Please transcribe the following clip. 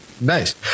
Nice